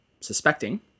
suspecting